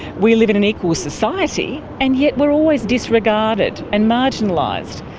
we live in an equal society and yet we're always disregarded and marginalised.